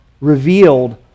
revealed